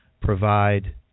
provide